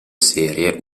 serie